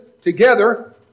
together